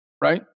Right